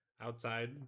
outside